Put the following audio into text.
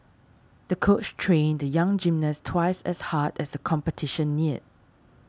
the coach trained the young gymnast twice as hard as the competition neared